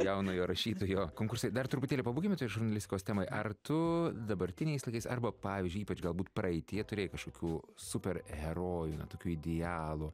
jaunojo rašytojo konkursai dar truputėlį pabūkime toj žurnalistikos temoj ar tu dabartiniais laikais arba pavyzdžiui ypač galbūt praeityje turėjai kažkokių superherojų na tokių idealų